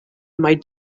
might